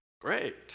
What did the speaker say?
great